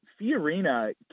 Fiorina